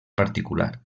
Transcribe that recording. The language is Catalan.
particular